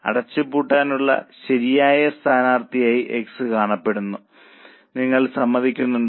അതിനാൽ അടച്ചുപൂട്ടാനുള്ള ശരിയായ സ്ഥാനാർത്ഥിയായി X കാണപ്പെടുന്നു നിങ്ങൾ സമ്മതിക്കുന്നുണ്ടോ